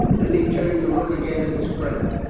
then he turned to look again at his friend.